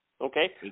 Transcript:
Okay